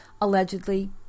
allegedly